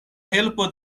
helpo